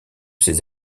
ses